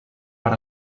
per